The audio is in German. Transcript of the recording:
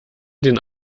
den